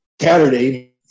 Saturday